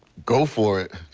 go for it.